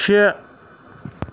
شےٚ